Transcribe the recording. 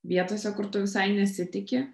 vietose kur tu visai nesitiki